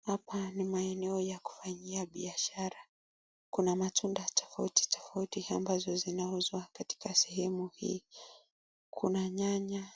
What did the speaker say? Hapa ni maeneo ya kufanyia biashara. Kuna matunda tofauti tofauti ambazo zinauzwa katika sehemu hii. Kuna nyanya,